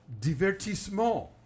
divertissement